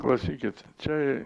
klausykit čia